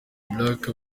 black